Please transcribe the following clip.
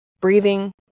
breathing